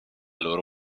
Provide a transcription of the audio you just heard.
loro